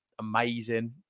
amazing